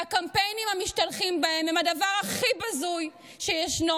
הקמפיינים המשתלחים בהם הם הדבר הכי בזוי שישנו.